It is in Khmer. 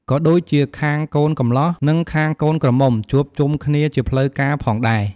ក៏ដូចជាខាងកូនកំលោះ និងខាងកូនក្រមុំ ជួបជុំគ្នាជាផ្លូវការផងដែរ។